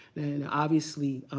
and, obviously,